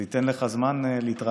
זה ייתן לך זמן להתראיין,